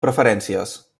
preferències